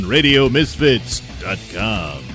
RadioMisfits.com